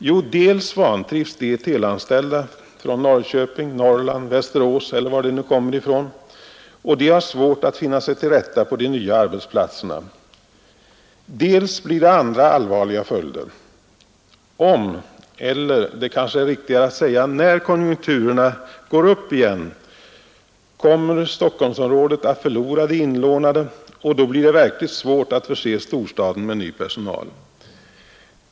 Jo, dels vantrivs de inlånade teleanställda från Norrköping, Västerås, Norrland, eller var de nu kommer ifrån, och har svårt att finna sig till rätta på de nya arbetsplatserna, dels blir det andra allvarliga följder. Om — eller det kanske är riktigare att säga när — konjunkturerna går upp igen kommer Stockholmsområdet att förlora de inlånade, och då blir det verkligt svårt att förse storstaden med ny personal.